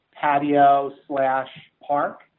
patio-slash-park